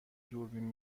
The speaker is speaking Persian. دوربین